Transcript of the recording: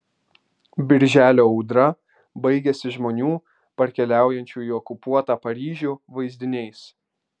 birželio audra baigiasi žmonių parkeliaujančių į okupuotą paryžių vaizdiniais